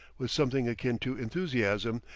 with something akin to enthusiasm,